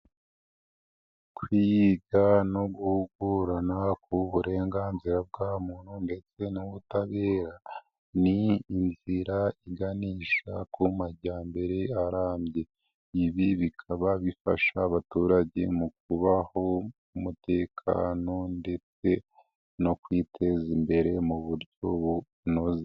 Kwiga no guhurana ku burenganzira bwa muntu ndetse n'ubutabera, ni inzira iganisha ku majyambere arambye, ibi bikaba bifasha abaturage mu kubaho mu mutekano ndetse no kwiteza imbere mu buryo bunoze.